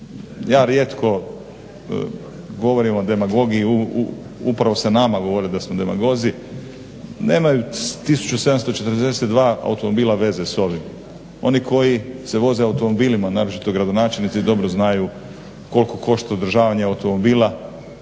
ja rijetko govorim o demagogiji upravo se o nama govori da smo demagozi, nemaju 1742 automobila veze s ovim. Oni koji se voze automobilima naročito gradonačelnici dobro znaju koliko košta održavanje automobila,